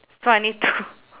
so I need to